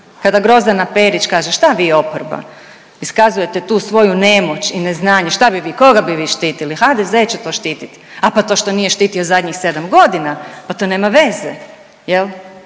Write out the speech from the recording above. Kada Grozdana Perić kaže, šta vi oporba iskazujete tu svoju nemoć i neznanje, šta bi vi? Koga bi vi štitili? HDZ će to štiti. A pa to što nije štitio zadnjih sedam godina, pa to nema veze jel'?